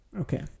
okay